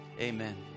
Amen